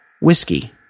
whiskey